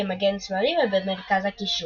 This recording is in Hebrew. כמגן שמאלי ובמרכז הקישור.